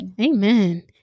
amen